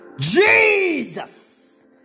Jesus